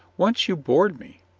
once you bored me.